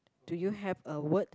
do you have a word